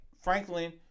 Franklin